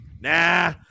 nah